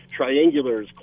triangulars